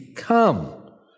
Come